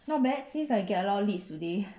not bad seems like you get a lot leads today